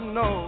no